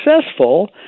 successful